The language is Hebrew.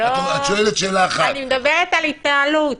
את שואלת שאלה אחת --- אני מדברת על התנהלות.